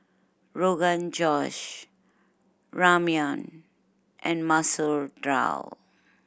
Rogan Josh Ramyeon and Masoor Dal